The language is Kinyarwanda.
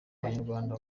banyarwanda